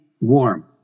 warm